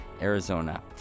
Arizona